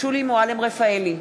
שולי מועלם-רפאלי,